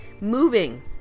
Moving